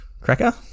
Cracker